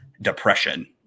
depression